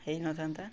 ହେଇନଥାନ୍ତା